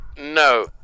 No